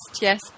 yes